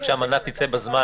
רק שהמנה תצא בזמן